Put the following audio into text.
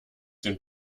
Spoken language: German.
dem